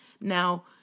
Now